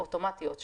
אוטומטיות,